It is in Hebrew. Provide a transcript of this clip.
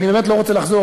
אני באמת לא רוצה לחזור,